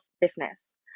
Business